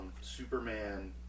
Superman